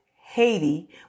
Haiti